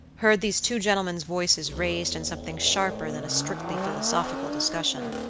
heard these two gentlemen's voices raised in something sharper than a strictly philosophical discussion.